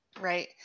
Right